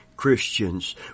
Christians